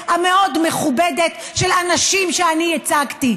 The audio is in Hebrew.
המאוד-מכובדת של אנשים שאני ייצגתי,